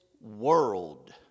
world